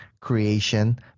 creation